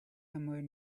somewhere